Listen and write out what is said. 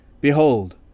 Behold